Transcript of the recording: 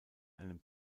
einem